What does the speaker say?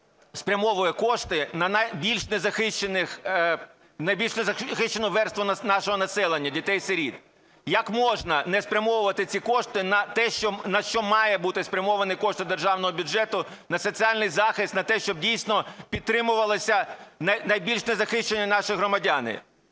спрямовує кошти на найбільш незахищені верстви нашого населення – дітей-сиріт? Як можна не спрямовувати ці кошти на те, на що мають бути спрямовані кошти державного бюджету – на соціальний захист, на те, щоб дійсно підтримувалися найбільш незахищені наші громадяни?